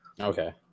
Okay